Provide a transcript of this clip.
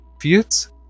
fields